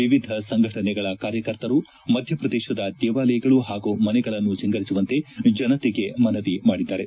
ವಿವಿಧ ಸಂಘಟನೆಗಳ ಕಾರ್ಯಕರ್ತರು ಮಧ್ಯಪ್ರದೇಶದ ದೇವಾಲಯಗಳು ಹಾಗೂ ಮನೆಗಳನ್ನು ಸಿಂಗರಿಸುವಂತೆ ಜನತೆಗೆ ಮನವಿ ಮಾಡಿದ್ದಾರೆ